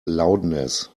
loudness